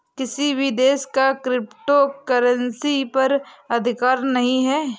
किसी भी देश का क्रिप्टो करेंसी पर अधिकार नहीं है